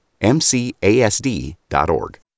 MCASD.org